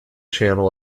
channel